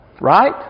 Right